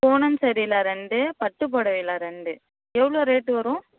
பூனம் சாரீயில் ரெண்டு பட்டு பொடவையில் ரெண்டு எவ்வளோ ரேட்டு வரும்